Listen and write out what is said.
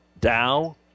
Dow